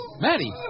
Maddie